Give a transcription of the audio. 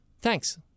Thanks